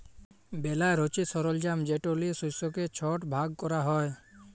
বেলার হছে সরলজাম যেট লিয়ে শস্যকে ছট ভাগ ক্যরা হ্যয়